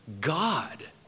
God